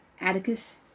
Atticus